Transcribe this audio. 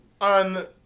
on